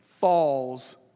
falls